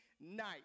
night